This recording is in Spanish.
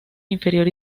inferior